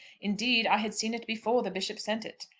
indeed i had seen it before the bishop sent it,